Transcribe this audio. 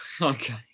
Okay